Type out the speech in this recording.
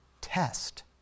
test